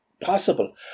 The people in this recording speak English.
possible